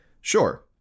Sure